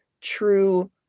true